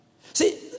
See